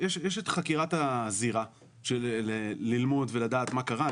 יש את חקירת הזירה של ללמוד ולדעת מה קרה,